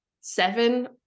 seven